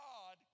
God